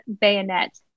bayonet